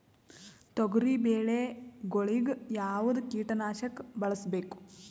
ತೊಗರಿಬೇಳೆ ಗೊಳಿಗ ಯಾವದ ಕೀಟನಾಶಕ ಬಳಸಬೇಕು?